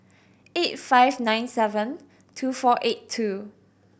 eight five nine seven two four eight two